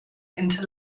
into